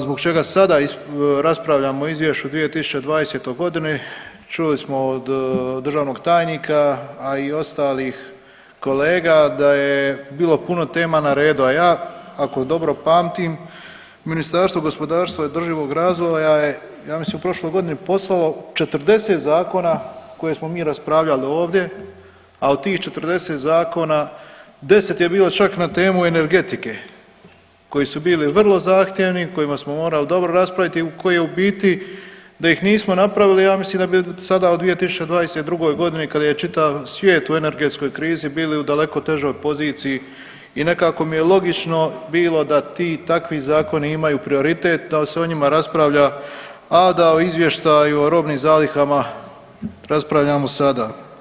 Zbog čega sada raspravljamo o izvješću 2020. godini, čuli smo od državnog tajnika, a i ostalih kolega da je bilo puno tema na redu, a ja ako dobro pamtim Ministarstvo gospodarstva i održivog razvoja je ja mislim u prošloj godini poslalo 40 zakona koje smo mi raspravljali ovdje, a od tih 40 zakona 10 je bilo čak na temu energetike, koji su bili vrlo zahtjevni, u kojima smo morali dobro raspraviti, u koje u biti da ih nismo napravili ja mislim da bi sada u 2022. godini kada je čitav svijet u energetskoj krizi bili u daleko težoj poziciji i nekako mi je logično bilo da ti takvi zakoni imaju prioritet da se o njima raspravlja, a da o izvještaju o robnim zalihama raspravljamo sada.